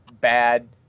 bad